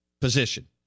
position